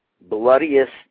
bloodiest